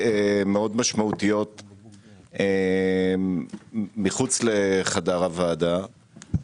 שיחות מאוד משמעותיות מחוץ לחדר הוועדה,